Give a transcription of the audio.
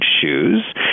shoes